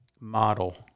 model